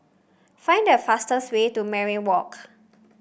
find the fastest way to Mariam Walk